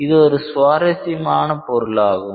இது ஒரு சுவாரசியமான பொருளாகும்